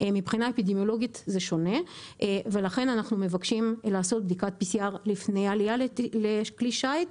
אנחנו מבקשים לעשות בדיקת PCR לפני העלייה לכלי שיט.